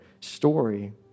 story